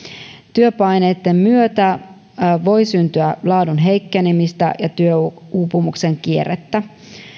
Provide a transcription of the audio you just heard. työpaineitten myötä voi syntyä laadun heikkenemistä ja työuupumuksen kierrettä